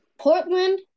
Portland